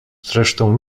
zresztą